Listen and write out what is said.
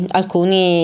alcuni